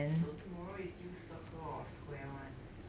so tomorrow is use circle or square one